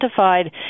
identified